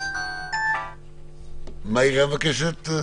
מה העיריה מבקשת?